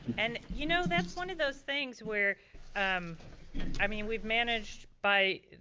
and you know that's one of those things where um i mean we've managed by,